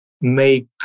make